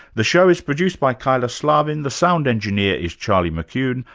the show is produced by kyla slaven, the sound engineer is charlie mckune,